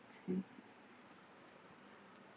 mm